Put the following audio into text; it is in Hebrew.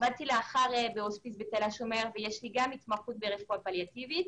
לאחר מכן עבדתי בהוספיס בתל השומר ויש לי גם התמחות ברפואה פליאטיבית.